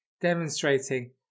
demonstrating